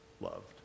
loved